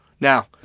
Now